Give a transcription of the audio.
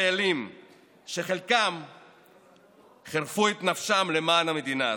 חיילים שחלקם חירפו את נפשם למען המדינה הזאת.